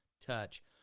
touch